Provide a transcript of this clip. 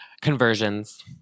conversions